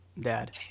dad